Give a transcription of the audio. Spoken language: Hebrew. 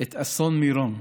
את אסון מירון,